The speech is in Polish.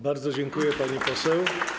Bardzo dziękuję, pani poseł.